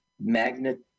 magnet